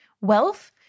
wealth